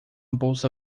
bolsa